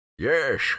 Yes